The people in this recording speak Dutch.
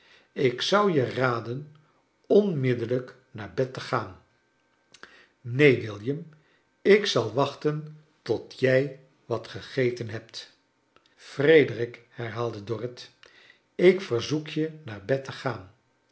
ik zou je raden onmiddellijk naar bed te gaan neen william ik zal wachten tot jij wat gegeten hebt fre derik herhaalde dorrit ik verzoek je naar bed te gaan